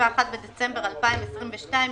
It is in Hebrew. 31 בדצמבר 2022,